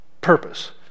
purpose